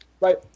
right